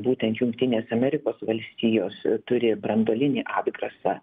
būtent jungtinės amerikos valstijos turi branduolinį atgrasą